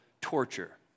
torture